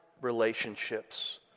relationships